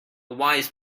wise